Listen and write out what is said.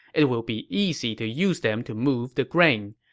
it will be easy to use them to move the grain.